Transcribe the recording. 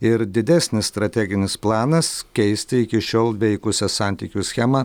ir didesnis strateginis planas keisti iki šiol veikusią santykių schemą